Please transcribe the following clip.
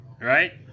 Right